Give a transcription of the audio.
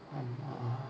oh mah